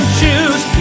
choose